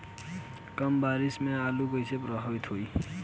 कम बारिस से आलू कइसे प्रभावित होयी?